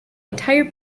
entire